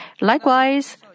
Likewise